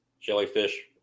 jellyfish